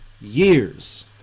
Years